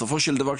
בסופו של דבר,